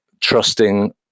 trusting